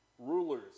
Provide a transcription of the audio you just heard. Rulers